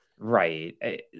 Right